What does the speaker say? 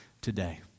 today